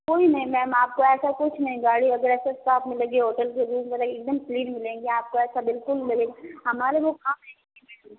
कोई नहीं मैम आपको ऐसा कुछ नहीं गाड़ी वगैरह सब साफ मिलेगी होटल के रूम वगैरह एक दम क्लीन मिलेंगे आपको ऐसा बिलकुल मिले हमारा वो काम है ही नहीं मैम